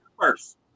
first